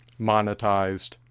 monetized